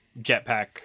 Jetpack